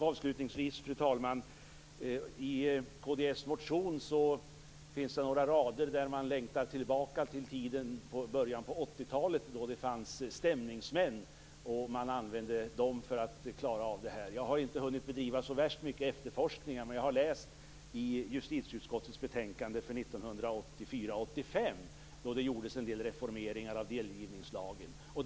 Avslutningsvis, fru talman, finns det i kd:s motion några rader där man längtar tillbaka till den tid i början av 80-talet då det fanns stämningsmän som användes för att klara av det här. Jag har inte hunnit bedriva så värst mycket efterforskningar, men jag har läst i justitieutskottets betänkande från 1984/85 då det gjordes en del reformeringar av delgivningslagen.